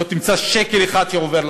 לא תמצא שקל אחד שעובר,